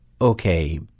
Okay